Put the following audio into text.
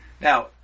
Now